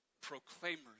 proclaimers